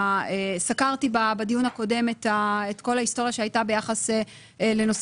סקרתי בדיון הקודם את כל ההיסטוריה שהייתה ביחס לנושא